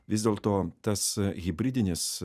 vis dėlto tas hibridinis